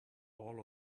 all